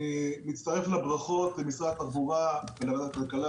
אני מצטרף לברכות למשרד התחבורה ולוועדת הכלכלה.